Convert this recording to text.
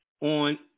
on